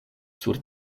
sur